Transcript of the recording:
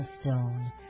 stone